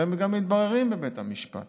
והן גם מתבררות בבית המשפט.